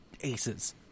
aces